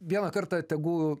vieną kartą tegu